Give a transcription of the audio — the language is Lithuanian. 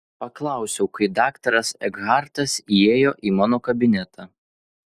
paklausiau kai daktaras ekhartas įėjo į mano kabinetą